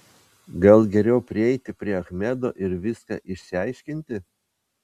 gal geriau prieiti prie achmedo ir viską išsiaiškinti